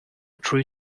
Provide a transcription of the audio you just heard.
true